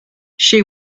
she